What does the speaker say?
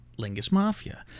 lingusmafia